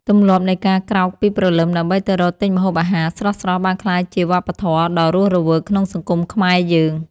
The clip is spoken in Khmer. ទម្លាប់នៃការក្រោកពីព្រលឹមដើម្បីទៅរកទិញម្ហូបអាហារស្រស់ៗបានក្លាយជាវប្បធម៌ដ៏រស់រវើកក្នុងសង្គមខ្មែរយើង។